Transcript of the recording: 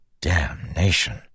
Damnation